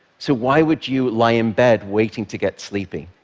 so why would you lie in bed, waiting to get sleepy?